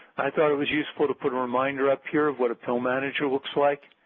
i thought it was useful to put a reminder up here of what a pill manager looks like,